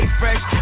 fresh